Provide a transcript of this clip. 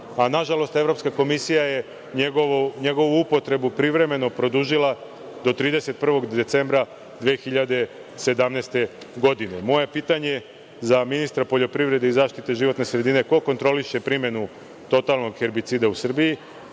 a nažalost Evropska komisija je njegovu upotrebu privremeno produžila do 31. decembra 2017. godine. Moje pitanje za ministra poljoprivrede i zaštite životne sredine je – ko kontroliše primenu totalnog hebricida u Srbiji?